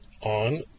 on